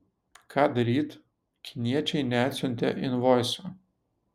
ką daryt kiniečiai neatsiuntė invoiso